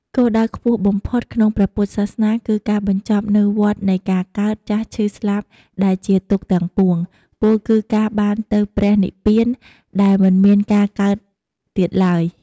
គោលដៅខ្ពស់បំផុតក្នុងព្រះពុទ្ធសាសនា គឺការបញ្ចប់នូវវដ្តនៃការកើត ចាស់ ឈឺ ស្លាប់ ដែលជាទុក្ខទាំងពួង ពោលគឺការបានទៅព្រះនិព្វានដែលមិនមានការកើតទៀតឡើយ។